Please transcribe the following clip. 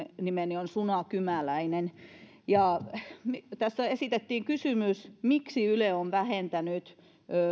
nimeni on suna kymäläinen tässä esitettiin kysymys miksi yle on vähentänyt